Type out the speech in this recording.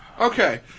Okay